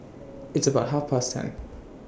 its about Half Past ten